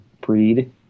breed